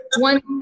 One